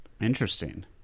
Interesting